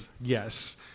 Yes